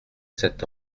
sept